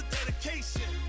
dedication